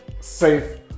safe